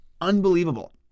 Unbelievable